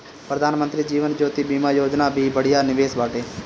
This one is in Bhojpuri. प्रधानमंत्री जीवन ज्योति बीमा योजना भी बढ़िया निवेश बाटे